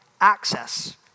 access